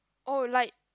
oh like